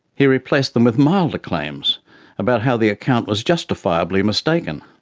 he replaced them with milder claims about how the account was justifiably mistaken.